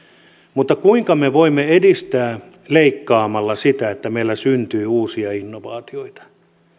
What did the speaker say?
mutta kuinka me voimme edistää leikkaamalla sitä että meillä syntyy uusia innovaatioita